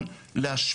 להגיע